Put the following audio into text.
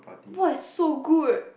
!wah! so good